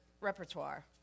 repertoire